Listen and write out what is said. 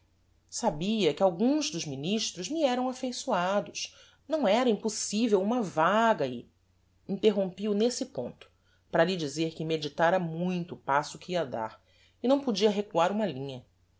sabia que alguns dos ministros me eram affeiçoados não era impossivel uma vaga e interrompi o nesse ponto para lhe dizer que meditára muito o passo que ia dar e não podia recuar uma linha